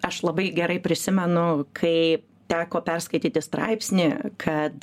aš labai gerai prisimenu kai teko perskaityti straipsnį kad